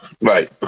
Right